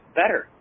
better